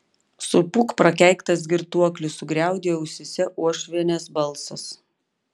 supūk prakeiktas girtuokli sugriaudėjo ausyse uošvienės balsas